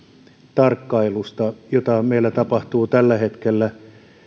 tarkkailusta jota meillä tapahtuu tällä hetkellä